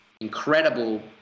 incredible